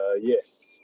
Yes